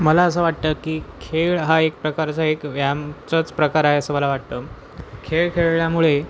मला असं वाटतं की खेळ हा एक प्रकारचा एक व्यायामाचाच प्रकार आहे असं मला वाटतं खेळ खेळल्यामुळे